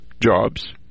Jobs